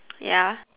ya